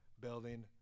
building